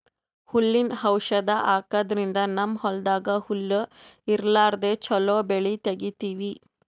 ಹುಲ್ಲಿನ್ ಔಷಧ್ ಹಾಕದ್ರಿಂದ್ ನಮ್ಮ್ ಹೊಲ್ದಾಗ್ ಹುಲ್ಲ್ ಇರ್ಲಾರ್ದೆ ಚೊಲೋ ಬೆಳಿ ತೆಗೀತೀವಿ